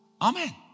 Amen